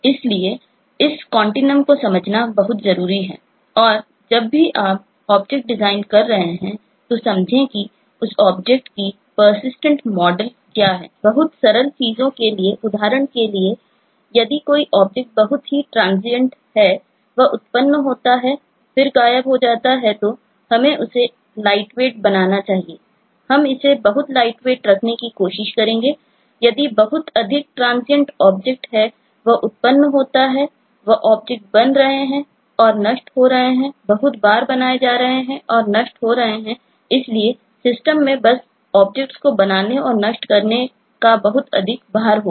इसलिए इस कॉन्टीनुम को बनाने और नष्ट करने का बहुत अधिक भार होगा